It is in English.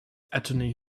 attorney